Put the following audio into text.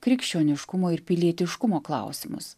krikščioniškumo ir pilietiškumo klausimus